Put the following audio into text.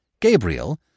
Gabriel